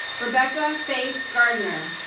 rebecca faith gardner